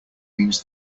means